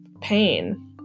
pain